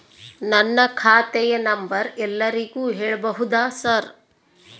ನನ್ನ ಖಾತೆಯ ನಂಬರ್ ಎಲ್ಲರಿಗೂ ಹೇಳಬಹುದಾ ಸರ್?